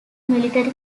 military